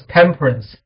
temperance